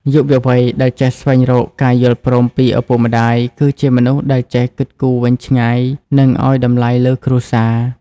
យុវវ័យដែលចេះស្វែងរកការយល់ព្រមពីឪពុកម្ដាយ គឺជាមនុស្សដែលចេះគិតគូរវែងឆ្ងាយ និងឱ្យតម្លៃលើគ្រួសារ។